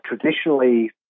traditionally